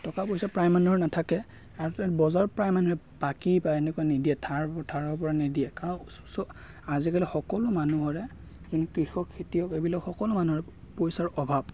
টকা পইচা প্ৰায় মানুহৰ নাথাকে আৰু ত' বজাৰত প্ৰায় মানুহে বাকী বা এনেকুৱা নিদিয়ে ধাৰ ধাৰৰ পৰা নিদিয়ে কাৰণ আজিকালি সকলো মানুহৰে যোন কৃষক খেতিয়ক এইবিলাক সকলো মানুহৰে পইচাৰ অভাৱ